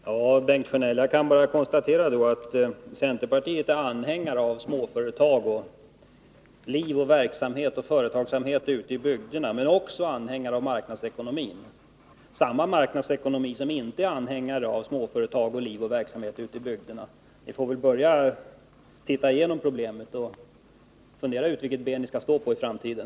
Fru talman! Bengt Sjönell, jag kan bara konstatera att centerpartiet är anhängare av småföretag och liv och verksamhet och företagsamhet ute i bygderna men också anhängare av marknadsekonomin — samma marknadsekonomi som inte är anhängare av småföretag och liv och verksamhet ute i bygderna. Ni får väl börja se igenom problemet och fundera ut vilket ben ni skall stå på i framtiden.